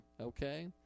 okay